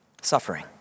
Suffering